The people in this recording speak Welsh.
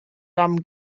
fam